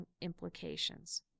implications